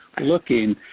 looking